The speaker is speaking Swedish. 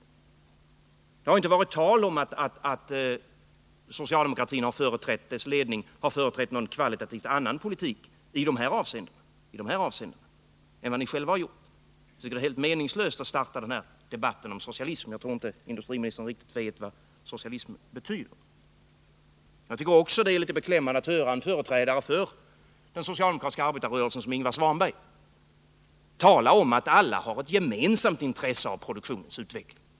Det har inte varit tal om att socialdemokratins ledning har företrätt någon kvalitativt sett annan politik i dessa avseenden än vad ni själva gjort. Det är därför helt meningslöst att starta den här debatten om socialism — jag tror inte att industriministern riktigt vet vad socialism betyder. Jag tycker också att det är litet beklämmande att höra Ingvar Svanberg som företrädare för den socialdemokratiska arbetarrörelsen tala om att alla har ett gemensamt intresse av produktionens utveckling.